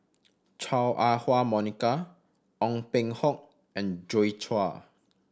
Chua Ah Huwa Monica Ong Peng Hock and Joi Chua